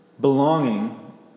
Belonging